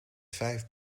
vijf